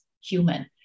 human